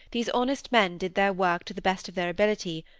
these honest men did their work to the best of their ability,